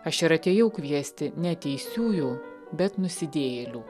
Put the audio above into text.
aš ir atėjau kviesti ne teisiųjų bet nusidėjėlių